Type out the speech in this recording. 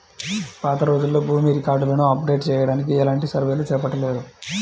పాతరోజుల్లో భూమి రికార్డులను అప్డేట్ చెయ్యడానికి ఎలాంటి సర్వేలు చేపట్టలేదు